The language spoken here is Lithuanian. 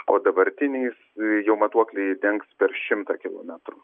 o dabartiniais jau matuokliai dengs per šimtą kilometrų